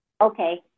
Okay